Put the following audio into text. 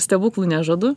stebuklų nežadu